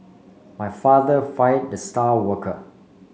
my father fired the star worker